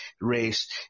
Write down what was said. race